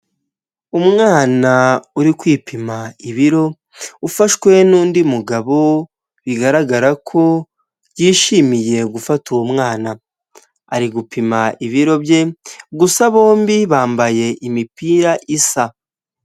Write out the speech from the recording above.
Umwana uri kwipima ibiro ufashwe nundi mugabo bigaragara ko yishimiye gufata uwo mwana ari gupima ibiro bye gusa bombi bambaye imipira isa.